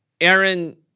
Aaron